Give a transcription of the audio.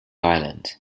island